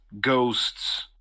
ghosts